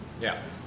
Yes